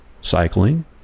cycling